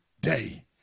day